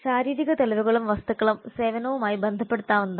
ശാരീരിക തെളിവുകളും വസ്തുക്കളും സേവനവുമായി ബന്ധപ്പെടുത്താവുന്നതാണ്